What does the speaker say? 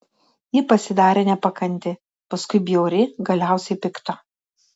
ji pasidarė nepakanti paskui bjauri galiausiai pikta